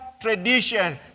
tradition